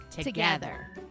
together